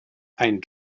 ein